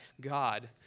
God